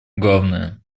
главное